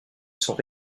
sont